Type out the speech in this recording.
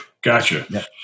gotcha